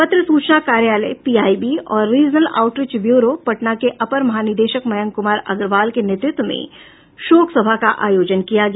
पत्र सूचना कार्यालय पीआईबी और regional outreach bureau ROB Patna के अपर महानिदेशक मयंक कुमार अग्रवाल के नेतृत्व में शोक सभा का आयोजन किया गया